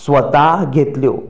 स्वता घेतल्यो